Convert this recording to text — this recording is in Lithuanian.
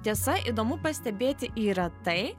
tiesa įdomu pastebėti yra tai